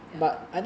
ya